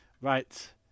Right